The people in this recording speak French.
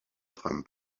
trump